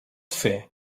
fer